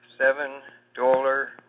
seven-dollar